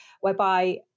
whereby